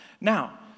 Now